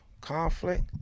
Conflict